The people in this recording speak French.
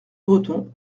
breton